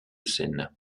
seine